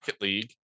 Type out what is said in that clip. League